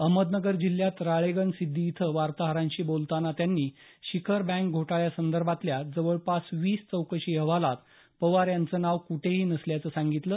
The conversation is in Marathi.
अहमदनगर जिल्ह्यात राळेगण सिद्धी इथं वार्ताहरांशी बोलतांना त्यांनी शिखर बँक घोटाळ्या संदर्भातल्या जवळपास वीस चौकशी अहवालात पवार यांचं नाव कुठेही नसल्याचं सांगितलं